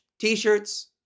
t-shirts